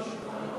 בבקשה,